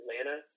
Atlanta